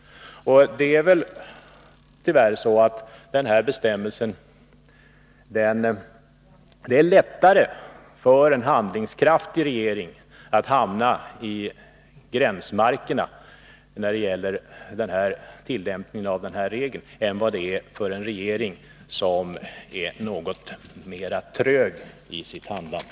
Tyvärr är det väl så när det gäller tillämpningen av denna bestämmelse att det är lättare för en handlingskraftig regering att hamna i gränsmarkerna än för en regering som är mera trög i sitt handlande.